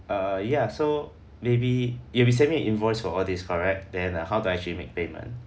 err ya so maybe you'll be sending me an invoice for all these correct then how do I actually make payment